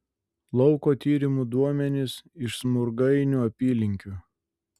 lauko tyrimų duomenys iš smurgainių apylinkių